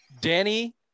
Danny